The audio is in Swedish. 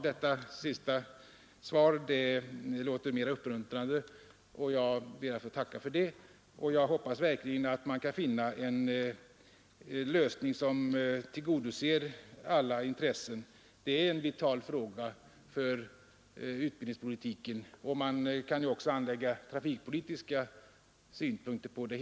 Herr talman! Detta senaste svar låter mera uppmuntrande, och jag ber att få tacka för det. Jag hoppas verkligen att man kan finna en lösning som tillgodoser alla intressen. Det här är en vital fråga för utbildningspolitiken, och man kan också anlägga trafikpolitiska synpunkter på det hela.